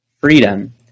freedom